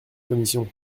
commission